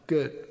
Good